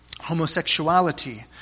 homosexuality